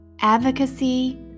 Advocacy